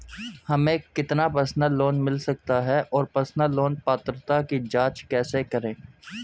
हमें कितना personal loan मिल सकता है और पर्सनल लोन पात्रता की जांच कैसे करें?